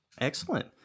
Excellent